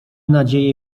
nadzieję